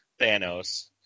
Thanos